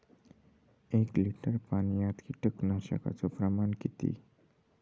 एक लिटर पाणयात कीटकनाशकाचो प्रमाण किती?